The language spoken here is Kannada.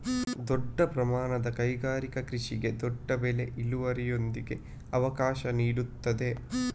ದೊಡ್ಡ ಪ್ರಮಾಣದ ಕೈಗಾರಿಕಾ ಕೃಷಿಗೆ ದೊಡ್ಡ ಬೆಳೆ ಇಳುವರಿಯೊಂದಿಗೆ ಅವಕಾಶ ನೀಡುತ್ತದೆ